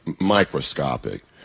microscopic